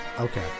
okay